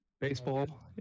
Baseball